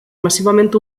massivament